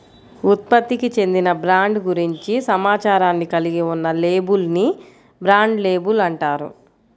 ఉత్పత్తికి చెందిన బ్రాండ్ గురించి సమాచారాన్ని కలిగి ఉన్న లేబుల్ ని బ్రాండ్ లేబుల్ అంటారు